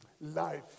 life